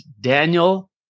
Daniel